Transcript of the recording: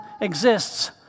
exists